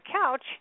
couch